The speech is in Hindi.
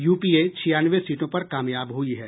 यूपीए छियानवे सीटों पर कामयाब हुयी है